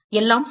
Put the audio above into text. எல்லாம் சரி